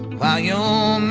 while your,